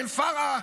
מאל-פורעה,